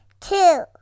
two